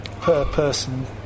per-person